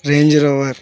Range Rover